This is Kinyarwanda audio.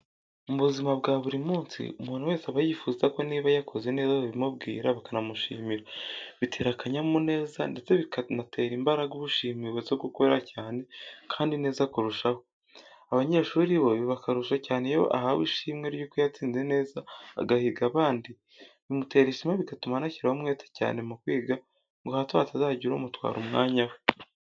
Mu buzima bwa buri munsi, umuntu wese aba yifuza ko niba yakoze neza babimubwira bakanamushimira bitera akanyamuneza ndetse bikanatera imbaraga ushimiwe zo gukora cyane kandi neza kurusha ho. Abanyeshuri bo biba akarusho cyane iyo ahawe ishimwe ry'uko yatsinze neza agahiga abandi bimutera ishema bigatuma anashyiraho umwete cyane mu kwiga ngo hato hatazagira umutwara umwanya we.